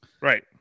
Right